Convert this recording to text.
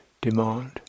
demand